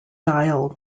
dial